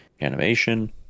animation